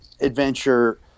adventure